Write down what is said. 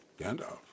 Gandalf